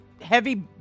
heavy